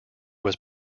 was